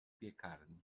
piekarni